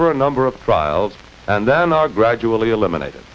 for a number of trials and then are gradually eliminated